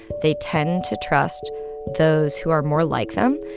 they tend to trust those who are more like them.